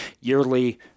yearly